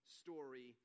story